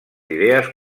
idees